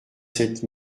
sept